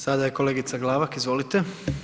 Sada je kolegica Glavak, izvolite.